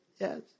yes